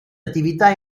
attività